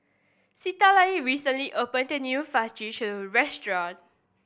Citlali recently opened a new Fajitas restaurant